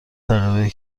تغییرهایی